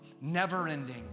never-ending